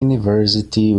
university